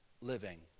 living